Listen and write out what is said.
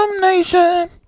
nation